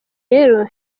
rero